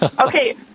Okay